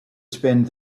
spend